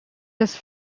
his